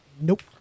Nope